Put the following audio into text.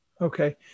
okay